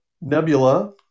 Nebula